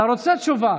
אתה רוצה תשובה.